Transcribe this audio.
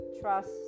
trust